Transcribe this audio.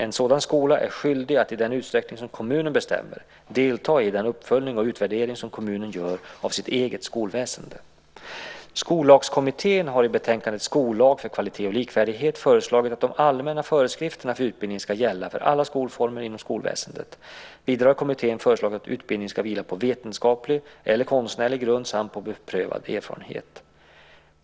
En sådan skola är skyldig att i den utsträckning som kommunen bestämmer delta i den uppföljning och utvärdering som kommunen gör av sitt eget skolväsende. Skollagskommittén har i betänkandet Skollag för kvalitet och likvärdighet föreslagit att de allmänna föreskrifterna för utbildningen ska gälla för alla skolformer inom skolväsendet. Vidare har kommittén föreslagit att utbildningen ska vila på vetenskaplig eller konstnärlig grund samt på beprövad erfarenhet.